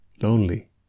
lonely